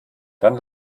dann